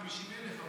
150,000 אמרו.